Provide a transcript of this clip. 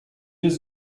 jest